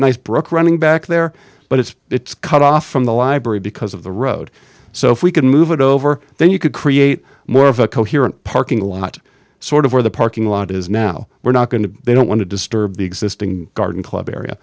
nice brook running back there but it's it's cut off from the library because of the road so if we could move it over then you could create more of a coherent parking lot sort of where the parking lot is now we're not going to they don't want to disturb the existing garden club area